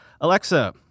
Alexa